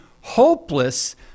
hopeless